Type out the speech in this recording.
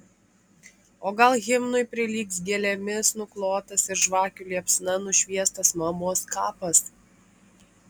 o gal himnui prilygs gėlėmis nuklotas ir žvakių liepsna nušviestas mamos kapas